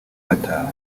mataba